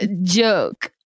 joke